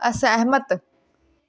ਅਸਹਿਮਤ